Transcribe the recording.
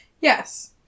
Yes